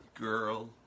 Girl